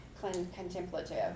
contemplative